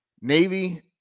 Navy